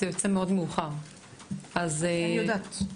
שזה יוצא מאוחר מאוד --- אני יודעת.